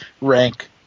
rank